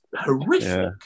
horrific